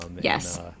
Yes